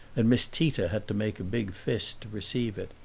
and miss tita had to make a big fist to receive it.